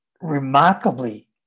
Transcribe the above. remarkably